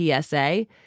PSA